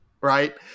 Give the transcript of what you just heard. Right